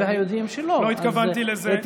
והיהודים שלא, לא התכוונתי לזה.